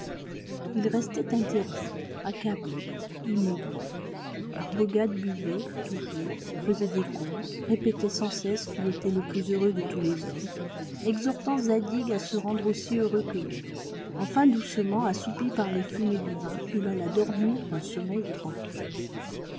il restait interdit accablé immobile arbogad buvait toujours fesait des contes répétait sans cesse qu'il était le plus heureux de tous les hommes exhortant zadig à se rendre aussi heureux que lui enfin doucement assoupi par les fumées du vin il alla dormir d'un sommeil tranquille